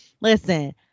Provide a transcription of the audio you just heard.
Listen